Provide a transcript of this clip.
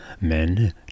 Men